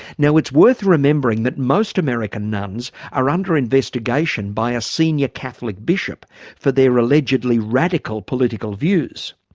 now it's worth remembering that most american nuns are under investigation by a senior catholic bishop for their allegedly radical political views.